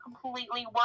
completely